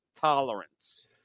tolerance